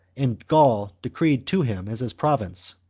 and gaul decreed to him as his province.